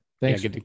Thanks